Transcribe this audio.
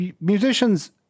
musicians